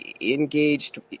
engaged